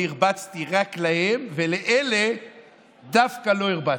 אני הרבצתי רק להם, ולאלה דווקא לא הרבצתי.